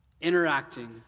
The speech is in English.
interacting